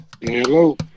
Hello